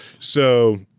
so,